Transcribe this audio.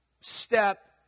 step